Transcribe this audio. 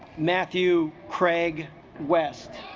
matthew craig west